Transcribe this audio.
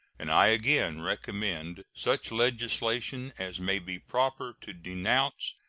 and i again recommend such legislation as may be proper to denounce,